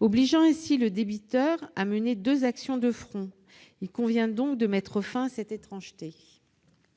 obligeant ainsi le débiteur à mener deux actions de front. Il convient donc de mettre fin à cette étrangeté.